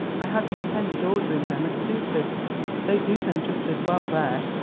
i had intended ordering them at cooper's they do them just as well there.